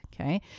Okay